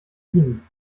dienen